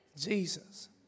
Jesus